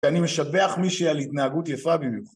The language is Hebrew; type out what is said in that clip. כשאני משבח מישהי על התנהגות יפה במיוחד